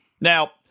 Now